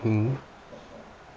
mm